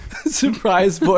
surprise